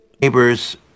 Neighbors